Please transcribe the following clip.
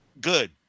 Good